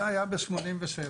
זה היה בשנת 1987,